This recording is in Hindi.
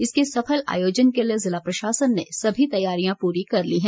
इसके सफल आयोजन के लिए ज़िला प्रशासन ने सभी तैयारियां पूरी कर ली हैं